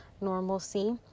normalcy